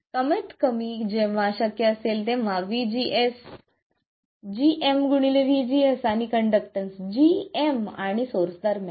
कमीतकमी जेव्हा शक्य असेल तेव्हा vGS gm vGS आणि कंडक्टन्स gm आणि सोर्स दरम्यान